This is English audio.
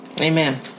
Amen